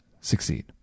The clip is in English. succeed